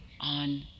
on